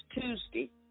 Tuesday